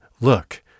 look